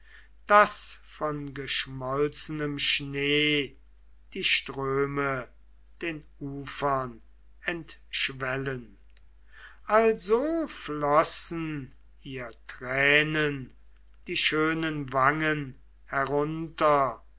daß von geschmolzenem schnee die ströme den ufern entschwellen also flossen ihr tränen die schönen wangen herunter